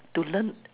to learn